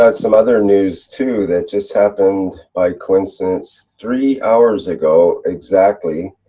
ah some other news too that just happened by coincidence, three hours ago exactly,